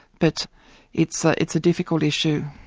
but it's ah it's a difficult issue.